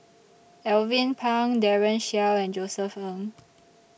Alvin Pang Daren Shiau and Josef Ng